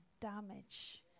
damage